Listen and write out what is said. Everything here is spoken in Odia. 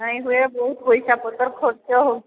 ନାଇଁ ହୁଏ ବହୁତ ପଇସା ପତର ଖର୍ଚ୍ଚ ହଉ